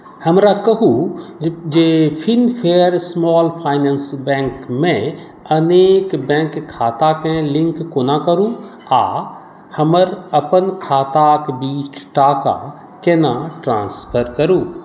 हमरा कहू जे फिनकेयर स्मॉल फाइनान्स बैंकमे अनेक बैंक खाताके लिङ्क कोना करू आओर हमर अपन खाताके बीच टाका कोना ट्रान्सफर करू